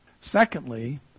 Secondly